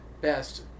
best